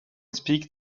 speak